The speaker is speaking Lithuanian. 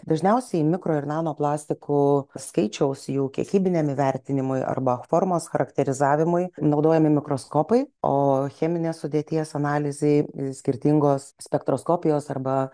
dažniausiai mikro ir nano plastikų skaičiaus jų kiekybiniam įvertinimui arba formos charakterizavimui naudojami mikroskopai o cheminės sudėties analizei skirtingos spektroskopijos arba